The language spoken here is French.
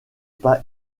pas